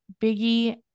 Biggie